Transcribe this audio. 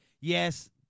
Yes